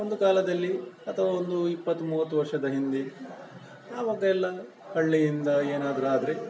ಒಂದು ಕಾಲದಲ್ಲಿ ಅಥವಾ ಒಂದು ಇಪ್ಪತ್ತು ಮೂವತ್ತು ವರ್ಷದ ಹಿಂದೆ ಅವಾಗ ಎಲ್ಲ ಹಳ್ಳಿಯಿಂದ ಏನಾದರೂ ಆದರೆ